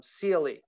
CLE